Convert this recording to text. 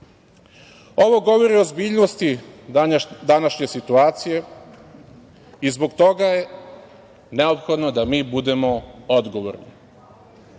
Ovo govori o ozbiljnosti današnje situacije i zbog toga je neophodno da mi budemo odgovorni. Zato